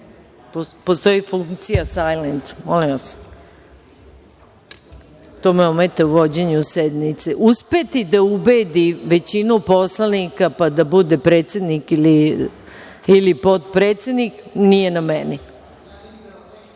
Postoji funkcija „sajlent“. To me ometa u vođenju sednice.… uspeti da ubedi većinu poslanika pa da bude predsednik ili potpredsednik, nije na